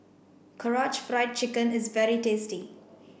Karaage Fried Chicken is very tasty